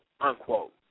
unquote